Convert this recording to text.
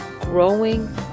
growing